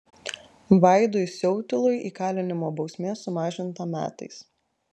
vaidui siautilui įkalinimo bausmė sumažinta metais